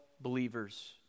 believers